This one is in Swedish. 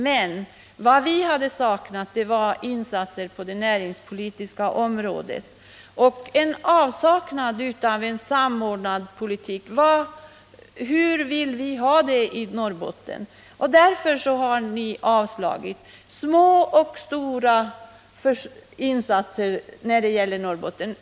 Men vad vi har saknat är insatser på det näringspolitiska området och en samordnad politik. Ni har avslagit våra förslag om insatser för en utveckling av Norrbotten.